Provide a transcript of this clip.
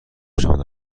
شام